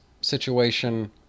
situation